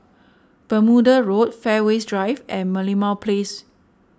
Bermuda Road Fairways Drive and Merlimau Place